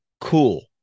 cool